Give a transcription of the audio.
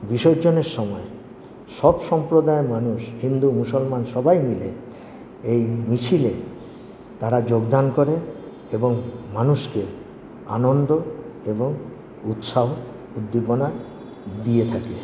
বিসর্জনের সময় সব সম্প্রদায়ের মানুষ হিন্দু মুসলমান সবাই মিলে এই মিছিলে তারা যোগদান করে এবং মানুষকে আনন্দ এবং উৎসাহ উদ্দীপনা দিয়ে থাকে